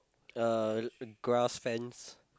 uh a grass fence